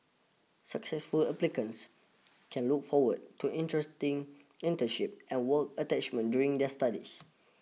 successful applicants can look forward to interesting internship and work attachment during their studies